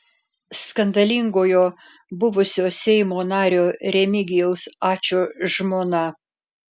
skandalingojo buvusio seimo nario remigijaus ačo žmona